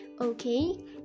okay